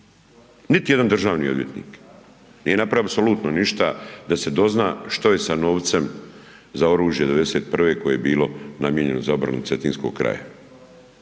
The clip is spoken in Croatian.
Niti jedan državni odvjetnik nije napravio apsolutno ništa da se dozna šta je sa novcem za oružje '91. koje je bilo namijenjeno za obranu Cetinskog kraja